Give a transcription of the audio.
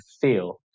feel